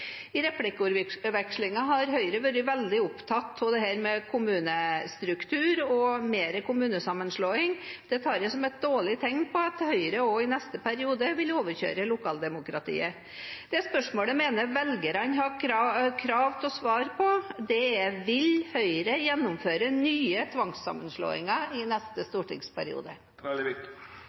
I replikkordvekslingen har Høyre vært veldig opptatt av kommunestruktur og mer kommunesammenslåing. Det tar jeg som et dårlig tegn på at Høyre også i neste periode vil overkjøre lokaldemokratiet. Det spørsmålet jeg mener velgerne har krav på å få svar på, er: Vil Høyre gjennomføre nye tvangssammenslåinger i neste stortingsperiode?